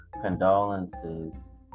condolences